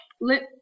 let